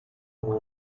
uma